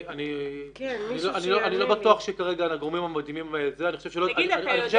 אני לא בטוח שכרגע הגורמים המתאימים -- תגיד אתה יודע